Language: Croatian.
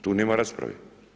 Tu nema rasprave.